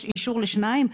יש אישור לשניים?